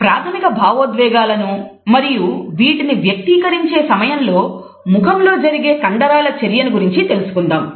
ప్రాథమిక భావోద్వేగాలను మరియు వీటిని వ్యక్తీకరించే సమయంలో ముఖములో జరిగే కండరాల చర్యను గురించి తెలుసుకుందాం